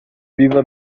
biba